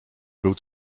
był